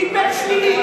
יש פידבק שלילי.